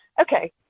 Okay